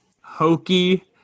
hokey